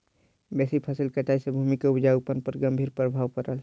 बेसी फसिल कटाई सॅ भूमि के उपजाऊपन पर गंभीर प्रभाव पड़ल